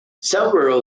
several